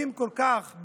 מתוקים כל כך,